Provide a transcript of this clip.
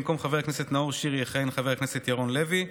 במקום חבר הכנסת נאור שירי יכהן חבר הכנסת ירון לוי.